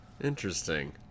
Interesting